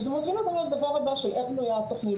שזה מוביל אותנו לנושא הבא של איך בנויה התוכנית,